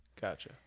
Gotcha